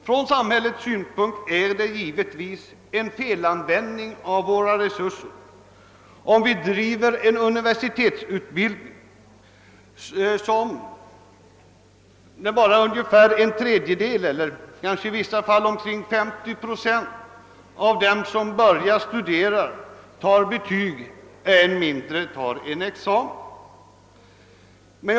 Från samhällets synpunkt är det givetvis en felanvändning av våra resurser, om vi driver en universitetsutbildning där bara en tredjedel, i vissa fall kanske 50 procent av dem som börjar studera tar betyg och ännu färre avlägger en examen.